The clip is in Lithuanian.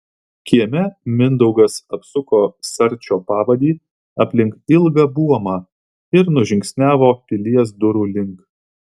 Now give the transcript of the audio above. kieme mindaugas apsuko sarčio pavadį aplink ilgą buomą ir nužingsniavo pilies durų link